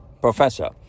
professor